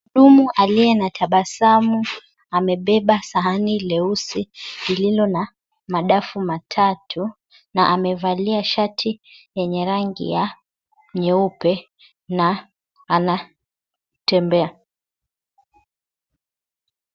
Mtu aliye na tabasamu amebeba sahani leusi lililo na madafu matatu na amevalia shati lenye rangi ya nyeupe na anatembea.